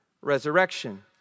resurrection